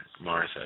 Martha